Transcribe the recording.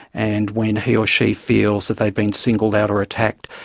and when he or she feels that they've been singled out or attacked,